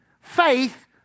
faith